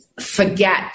forget